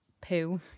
poo